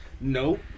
no